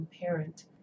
parent